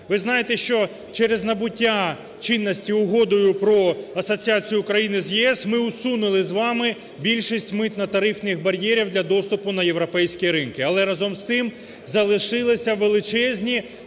Ви знаєте, що через набуття чинності Угоди про асоціацію України з ЄС ми усунули з вами більшість митно-тарифних бар'єрів для доступу на європейські ринки. Але разом з тим залишилися величезні